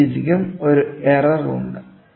ഈ രീതിക്കും ഒരു എറർ ഉണ്ട്